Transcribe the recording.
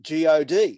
god